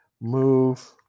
move